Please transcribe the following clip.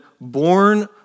born